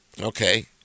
Okay